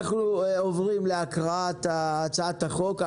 אנחנו עוברים להקראת הצעת החוק.